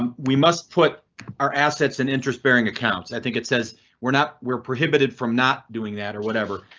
and we must put our assets an interest bearing accounts. i think it says were not were prohibited from not doing that or whatever,